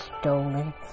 stolen